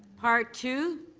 part two,